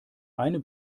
eine